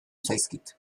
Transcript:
zaizkit